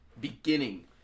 beginning